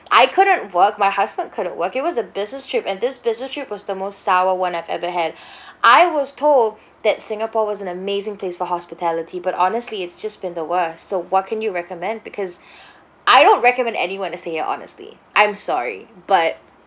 I couldn't work my husband couldn't work it was a business trip and this business trip was the most sour one I've ever had I was told that singapore was an amazing place for hospitality but honestly it's just been the worse so what can you recommend because I don't recommend anyone to stay here honestly I'm sorry but